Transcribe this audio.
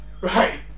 right